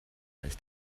ist